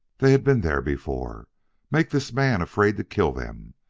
they had been there before make this man afraid to kill them.